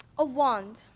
a wand.